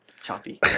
Choppy